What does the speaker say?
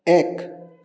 এক